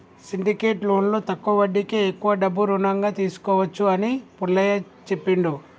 syndicate లోన్లో తక్కువ వడ్డీకే ఎక్కువ డబ్బు రుణంగా తీసుకోవచ్చు అని పుల్లయ్య చెప్పిండు